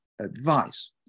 advice